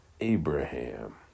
Abraham